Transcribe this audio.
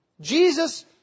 Jesus